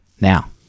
Now